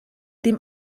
dem